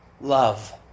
love